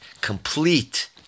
complete